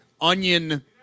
onion